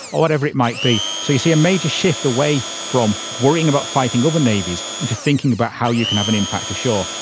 or whatever it might be. so you see a major shift away from worrying about fighting other navies and to thinking about how you could have an impact ashore.